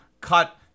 cut